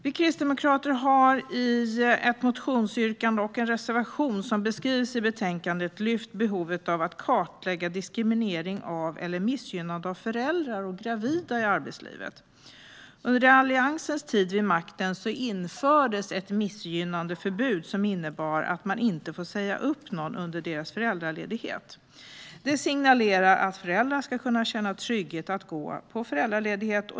Vi kristdemokrater har i ett motionsyrkande och i en reservation i betänkandet lyft behovet av att kartlägga diskriminering eller missgynnande av föräldrar och gravida i arbetslivet. Under Alliansens tid vid makten infördes ett missgynnandeförbud som innebär att man inte får säga upp personer under deras föräldraledighet. Det signalerar att föräldrar ska kunna känna trygghet i att gå på föräldraledighet.